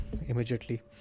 immediately